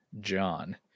John